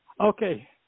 Okay